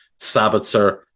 Sabitzer